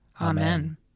Amen